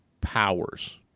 powers